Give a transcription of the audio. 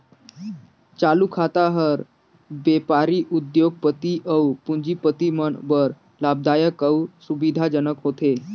चालू खाता हर बेपारी, उद्योग, पति अउ पूंजीपति मन बर लाभदायक अउ सुबिधा जनक होथे